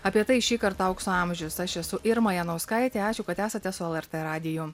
apie tai šįkart aukso amžiaus aš esu irma janauskaitė ačiū kad esate su lrt radiju